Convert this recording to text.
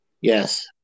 Yes